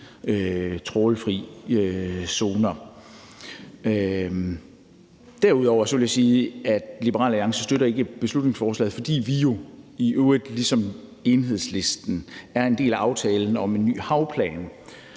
trawlfri zoner. Derudover vil jeg sige, at Liberal Alliance ikke støtter beslutningsforslaget, fordi vi i øvrigt ligesom Enhedslisten er en del af aftalen om en ny havplan,